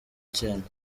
cyenda